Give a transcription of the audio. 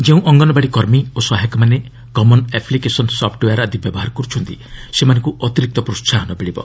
ଯେଉଁ ଅଙ୍ଗନବାଡି କର୍ମୀ ଓ ସହାୟକମାନେ କମନ୍ ଆପ୍ଲିକେସନ୍ ସପ୍ଟେୱୟାର୍ ଆଦି ବ୍ୟବହାର କରୁଛନ୍ତି ସେମାନଙ୍କୁ ଅତିରିକ୍ତ ପ୍ରୋହାହନ ମିଳିବ